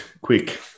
quick